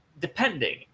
depending